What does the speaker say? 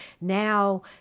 Now